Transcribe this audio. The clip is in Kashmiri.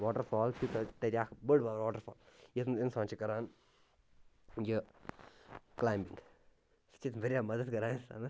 واٹَرفال چھُ تَتہِ تتہِ اَکھ بٔڑ بار واٹَرفال یَتھ منٛز اِنسان چھِ کران یہِ کٕلایِنٛبنٛگ یہِ چھِ تَتہِ واریاہ مدد کران اِنسانَس